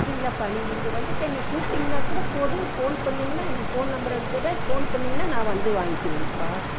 சரிங்களாப்பா நீங்கள் இங்கே வந்துட்டு என்னை கூப்பிட்டிங்கன்னா கூட போதும் போன் பண்ணீங்கன்னால் என்ற ஃபோன் அனுப்ச்சுவுட்டேன் ஃபோன் பண்ணீங்கன்னால் நான் வந்து வாங்கிவேங்ப்பா